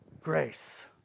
grace